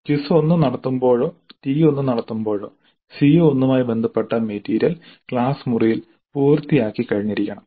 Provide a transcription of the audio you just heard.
quiz 1 നടത്തുമ്പോഴോ T 1 നടത്തുമ്പോഴോ CO1 മായി ബന്ധപ്പെട്ട മെറ്റീരിയൽ ക്ലാസ് മുറിയിൽ പൂർത്തിയാക്കി കഴിഞ്ഞിരിക്കും